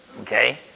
Okay